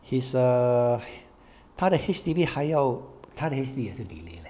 his err 他的 H_D_B 还要他的 H_D_B 也是 delay leh